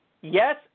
Yes